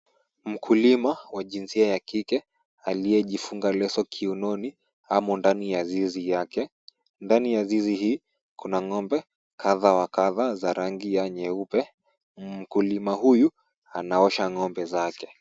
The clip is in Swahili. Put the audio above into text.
Mkulima wa jinsia ya kike aliyejifunga leso kiunoni, amo ndani ya zizi yake. Ndani ya zizi hii, kuna ng'ombe kadhaa wa kadhaa za rangi ya nyeupe. Mkulima huyu anaosha ng'ombe zake.